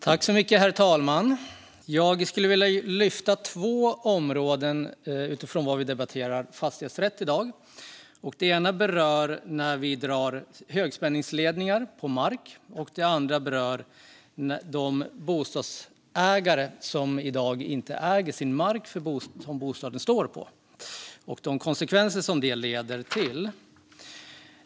Herr talman! Jag skulle i debatten vilja lyfta två områden när det gäller fastighetsrätt. Det ena berör högspänningsledningar som vi drar på mark. Det andra berör de bostadsägare som i dag inte äger den mark som bostaden står på och vilka konsekvenser detta leder till.